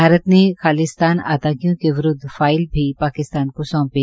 भारत ने खालिस्तान आतंकीयों के विरूद्व फाइल भी पाकिस्तान को सोंपी